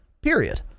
Period